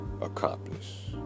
accomplish